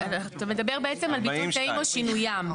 אתה מדבר בעצם על ביטול תנאים או שינוים.